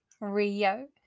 Rio